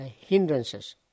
hindrances